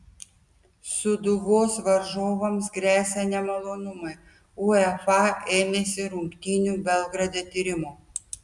sūduvos varžovams gresia nemalonumai uefa ėmėsi rungtynių belgrade tyrimo